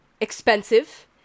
expensive